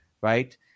right